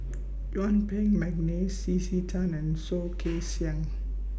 Yuen Peng Mcneice C C Tan and Soh Kay Siang